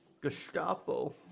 Gestapo